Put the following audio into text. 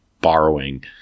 borrowing